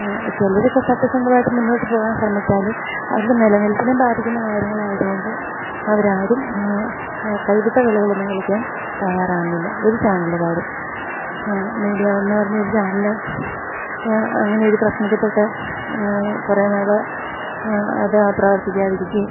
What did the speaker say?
ചിലരൊക്കെ സത്യസന്ധമായിട്ട് മുന്നോട്ടുപോകാൻ ശ്രമിച്ചാലും അവരുടെ നിലനിൽപ്പിനെ ബാധിക്കുന്ന കാര്യങ്ങളായതു കൊണ്ട് അവരാരും കൈവിട്ട കളികളൊന്നും കളിക്കാൻ തയ്യാറാകുന്നില്ല ഒരു ചാനലുകാരും മീഡിയാ വണ് എന്നുപറഞ്ഞ ഒരു ചാനല് അങ്ങനെയൊരു പ്രശ്നത്തില്പ്പെട്ട് കുറെന്നാള് അത് പ്രവർത്തിക്കാതിരിക്കുകയും